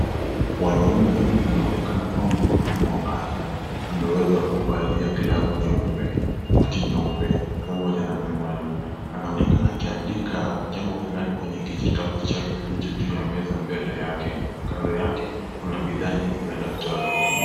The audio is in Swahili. Mwanaume huyu anaonekana kuwa muhudumu wa afya, ameweza kuvalia glavu nyeupe, koti nyeupe, pamoja na miwani, anaonekana akiandika jambo fulani kwenye kijitabu chake kilicho juu ya meza mbele yake, kando yake, kuna bidhaa nyingi za daktari.